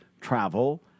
travel